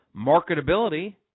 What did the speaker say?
marketability